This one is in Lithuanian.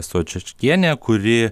sočečekienė kuri